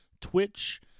Twitch